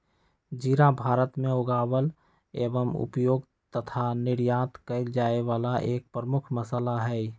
जीरा भारत में उगावल एवं उपयोग तथा निर्यात कइल जाये वाला एक प्रमुख मसाला हई